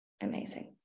amazing